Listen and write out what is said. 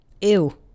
Ew